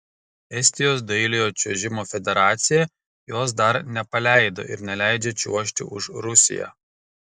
estijos dailiojo čiuožimo federacija jos dar nepaleido ir neleidžia čiuožti už rusiją